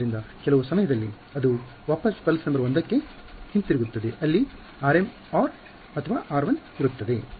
ಆದ್ದರಿಂದ ಕೆಲವು ಸಮಯದಲ್ಲಿ ಅದು ವಾಪಸ್ ಪಲ್ಸ್ ನಂಬರ್ ೧ ಕ್ಕೆ ಹಿಂತಿರುಗುತ್ತದೆ ಅಲ್ಲಿ rm or r1 ಇರುತ್ತದೆ